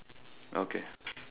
okay